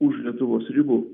už lietuvos ribų